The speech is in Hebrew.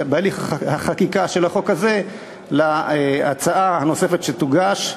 החקיקה של החוק הזה להצעה הנוספת שתוגש,